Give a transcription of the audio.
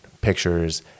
pictures